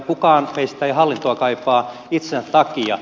kukaan meistä ei hallintoa kaipaa itsensä takia